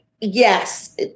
yes